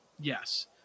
Yes